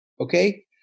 Okay